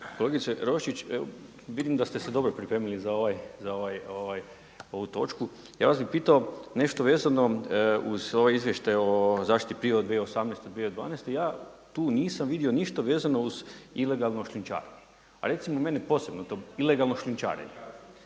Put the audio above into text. Kolegice Roščić, vidim da ste se dobro pripremili za ovu točku. Ja bih vas pitao nešto vezano uz ovaj izvještaj o zaštiti prirode 2008.-2012. ja tu nisam vidio ništa vezano uz ilegalno …, a recimo mene posebno, ilegalno šljunčarenje.